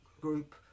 group